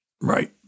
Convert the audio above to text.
Right